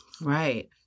Right